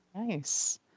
nice